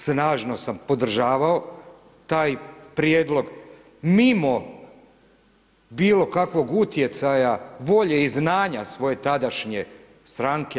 Snažno sam podržavao taj prijedlog mimo bilo kakvog utjecaja, volje i znanja svoje tadašnje stranke.